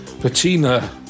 Patina